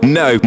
no